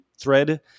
thread